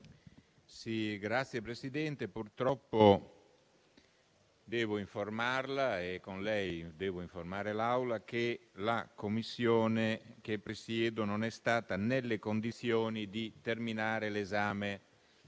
Signor Presidente, purtroppo devo informarla e, con lei, devo informare l'Assemblea, che la Commissione che presiedo non è stata nelle condizioni di terminare l'esame